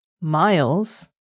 miles